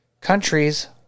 countries